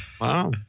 wow